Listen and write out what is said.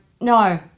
No